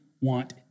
want